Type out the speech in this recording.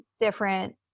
different